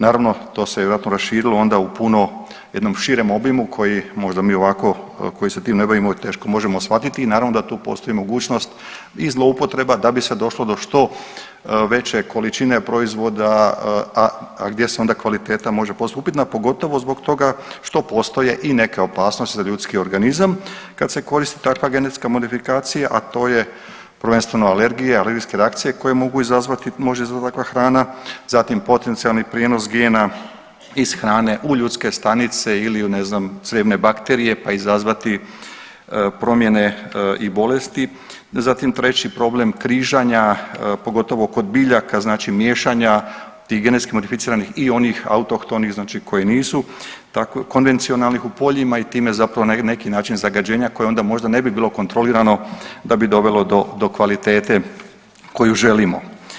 Naravno to se vjerojatno raširilo onda u puno jednom širem obimu koji možda mi ovako koji se time ne bavimo i teško možemo shvatiti i naravno da tu postoji mogućnost i zloupotreba da bi se došlo do što veće količine proizvoda, a gdje se onda kvaliteta može … pogotovo zbog toga što postoje i neke opasnosti za ljudski organizam kada se koristi takva genetska modifikacija, a to je prvenstveno alergija, alergijske reakcije koje može izazvati takva hrana, zatim potencijalni prijenos gena iz hrane u ljudske stanice ili ne znam crijevne bakterije pa izazvati promjene i bolesti, zatim treći problem križanja pogotovo kod biljaka znači miješanja tih genetskim modificiranih i onih autohtonih koji nisu konvencionalni u poljima i time zapravo na neki način zagađenja koja onda možda ne bi bilo kontrolirano da bi dovelo do kvalitete koju želimo.